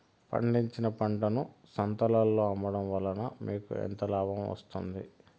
పండించిన పంటను సంతలలో అమ్మడం వలన మీకు ఎంత లాభం వస్తుంది?